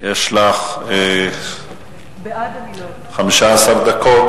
יש לך 15 דקות.